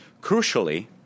Crucially